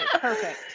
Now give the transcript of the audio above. perfect